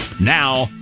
Now